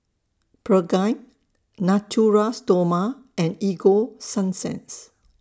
Pregain Natura Stoma and Ego Sunsense